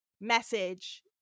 message